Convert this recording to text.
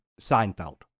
seinfeld